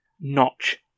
Notch